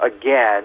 again